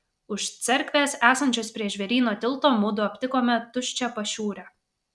už cerkvės esančios prie žvėryno tilto mudu aptikome tuščią pašiūrę